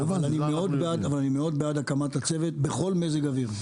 אבל אני מאוד בעד הקמת הצוות הזה בכל מזג האוויר.